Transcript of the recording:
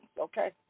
okay